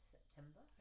September